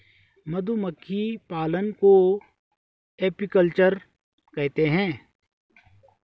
मधुमक्खी पालन को एपीकल्चर कहते है